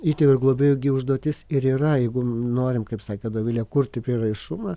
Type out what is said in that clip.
įtėvių ir globėjų gi užduotis ir yra jeigu norim kaip sakė dovilė kurti prieraišumą